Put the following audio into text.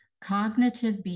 cognitive